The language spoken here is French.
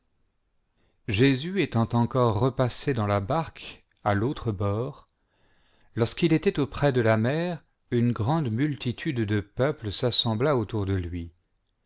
étant encore reeassé dans la barque à l'autre ord lorsqu'il était auprès de la mer une grande multitude de peuple s'assembla autour de lui